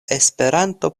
esperanto